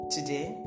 Today